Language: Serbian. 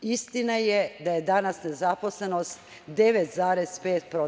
Istina je da je danas nezaposlenost 9,5%